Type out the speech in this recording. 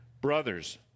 Brothers